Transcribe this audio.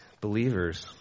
believers